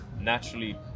naturally